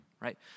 right